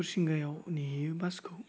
हरिसिंगायाव नेहैयो बासखौ